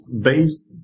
based